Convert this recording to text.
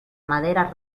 madera